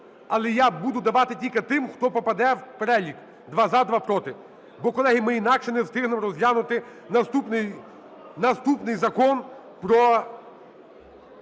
Але я буду давати тільки тим, хто попаде в перелік: два – за, два – проти. Бо, колеги, ми інакше не встигнемо розглянути наступний Закон про